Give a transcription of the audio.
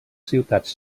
ciutats